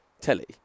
telly